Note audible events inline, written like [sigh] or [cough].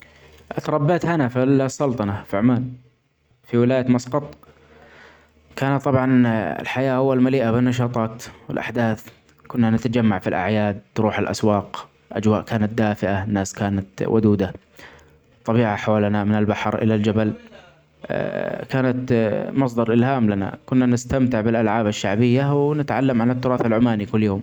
اتربيت انا في السلطنه في عمان. في ولايه مسقط كانت طبعا الحياه اول مليئه بالنشاطات والاحداث كنا نتجمع في الاعياد نروح الاسواق اجواء كانت دافئه ناس كانت ودوده طبيعه حولنا من البحر الي الجبل [noise] [hesitation] كانت مصدر الهام لنا كنا نستمتع بالالعاب الشعبيه ونتعلم عن التراث العماني كل يوم.